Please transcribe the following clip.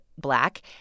black